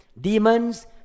Demons